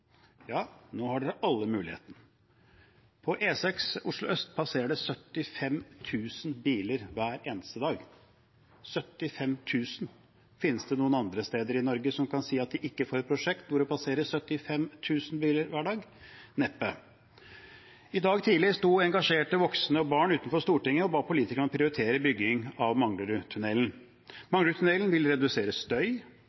Ja, nå har dere alle muligheten. På E6 Oslo øst passerer det 75 000 biler hver eneste dag. Finnes det noen andre steder i Norge som kan si at de ikke får et prosjekt hvor det passerer 75 000 biler hver dag? Neppe. I dag tidlig sto engasjerte voksne og barn utenfor Stortinget og ba politikerne om å prioritere bygging av